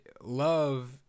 love